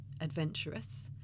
adventurous